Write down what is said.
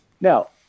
Now